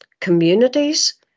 communities